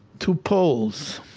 two poles.